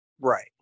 Right